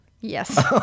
yes